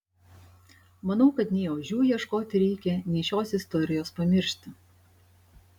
manau kad nei ožių ieškoti reikia nei šios istorijos pamiršti